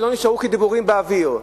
ולא נשארו כדיבורים באוויר.